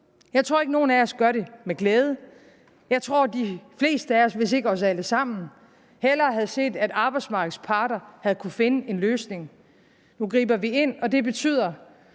Jeg tror ikke, at nogen af os gør det med glæde. Jeg tror, at de fleste af os, hvis ikke os alle sammen, hellere havde set, at arbejdsmarkedets parter havde kunnet finde en løsning. Nu griber vi ind, og det betyder,